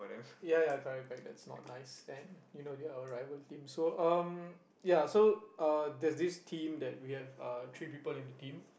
ya ya correct correct that's not nice then you know they are our rival team so um ya so uh there's this team that we have uh three people in the team